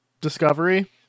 discovery